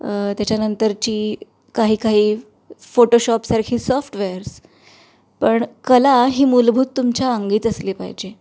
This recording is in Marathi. त्याच्यानंतरची काही काही फोटोशॉपसारखी सॉफ्टवेअर्स पण कला ही मूलभूत तुमच्या अंगीच असली पाहिजे